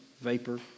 vapor